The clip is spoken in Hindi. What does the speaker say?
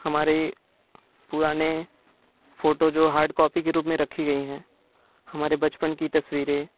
हमारे पुराने फ़ोटो जो हार्ड काॅपी के रूप में रखी गई हैं हमारे बचपन की तस्वीरें